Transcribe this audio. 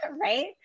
right